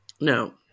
No